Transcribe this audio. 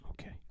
Okay